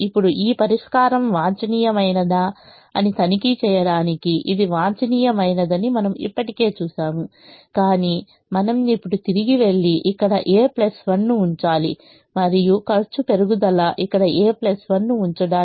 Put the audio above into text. ఇప్పుడు ఈ పరిష్కారం వాంఛనీయమైనదా అని తనిఖీ చేయడానికి ఇది వాంఛనీయమైనదని మనము ఇప్పటికే చూశాము కాని మనం ఇప్పుడు తిరిగి వెళ్లి ఇక్కడ a 1 ను ఉంచాలి మరియు ఖర్చు పెరుగుదల ఇక్కడ a 1 ను ఉంచడాన్ని గమనించాము